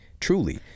truly